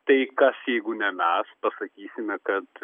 tai kas jeigu ne mes pasakysime kad